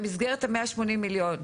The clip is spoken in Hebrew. במסגרת המאה שמונים מיליון.